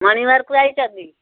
morning ୱାକ୍କୁ ଯାଇଛ କି